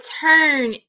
turn